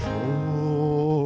so